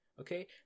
okay